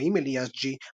איברהים אל-יאזג'י,